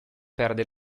perde